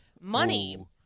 money